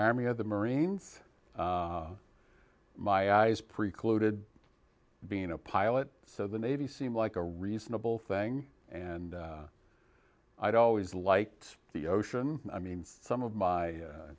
army of the marines my eyes precluded being a pilot so the navy seemed like a reasonable thing and i'd always liked the ocean i mean some of my